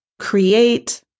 create